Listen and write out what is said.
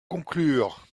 conclure